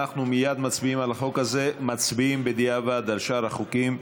אנחנו מייד מצביעים על החוק הזה ומצביעים בדיעבד על שאר החוקים.